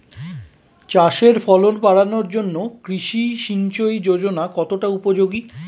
চাষের ফলন বাড়ানোর জন্য কৃষি সিঞ্চয়ী যোজনা কতটা উপযোগী?